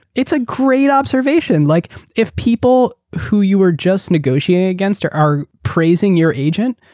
it's a great observation. like if people who you were just negotiating against are are praising your agent,